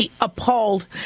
appalled